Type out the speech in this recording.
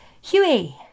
Huey